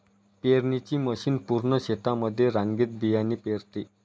पेरणीची मशीन पूर्ण शेतामध्ये रांगेत बियाणे पेरते